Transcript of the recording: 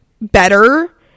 better